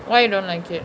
why you don't like it